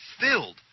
filled